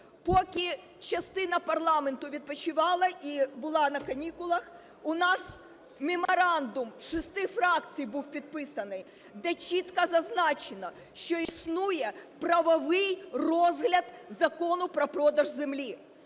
Поки частина парламенту відпочивала і була на канікулах, у нас меморандум шести фракцій був підписаний, де чітко зазначено, що існує правовий розгляд Закону про продаж землі.